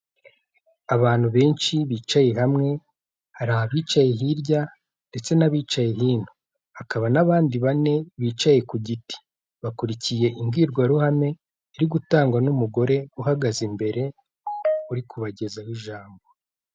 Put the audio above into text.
Abantu benshi bicaye hamwe, hari abicaye hirya ndetse n'abicaye hino, hakaba n'abandi bane bicaye ku giti bakurikiye imbwirwaruhame iri gutangwa n'umugore, uhagaze imbere uri kubagezaho ijambo.